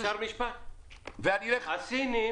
הסינים